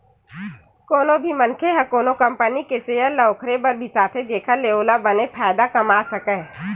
कोनो भी मनखे ह कोनो कंपनी के सेयर ल ओखरे बर बिसाथे जेखर ले ओहा बने फायदा कमा सकय